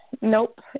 Nope